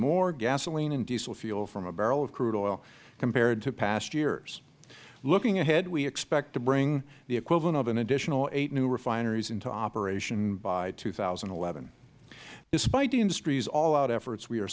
more gasoline and diesel fuel from a barrel of crude oil compared to past years looking ahead we expect to bring the equivalent of an additional eight new refineries into operation by two thousand and eleven despite the industry's all out efforts we are